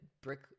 brick